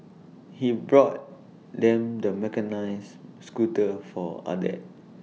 he bought them the mechanised scooter for other